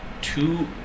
Two